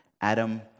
Adam